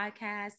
podcast